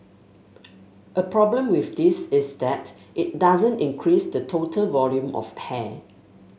a problem with this is that it doesn't increase the total volume of hair